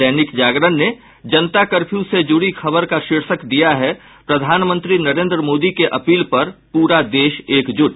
दैनिक जागरण ने जनता कर्फ्यू से जुड़ी खबर का शीर्षक दिया है प्रधानमंत्री नरेंद्र मोदी के अपील पर पूरा देश एकजुट